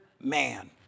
man